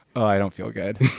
i don't feel good